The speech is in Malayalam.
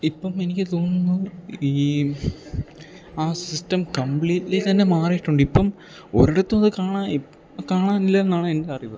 ഇപ്പം എനിക്ക് തോന്നുന്നു ഈ ആ സിസ്റ്റം കംപ്ലീറ്റ്ലി തന്നെ മാറിയിട്ടുണ്ട് ഇപ്പം ഒരിടത്തും അത് കാണാൻ കാണാനില്ല എന്നാണ് എൻ്റെ അറിവ്